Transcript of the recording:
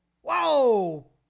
whoa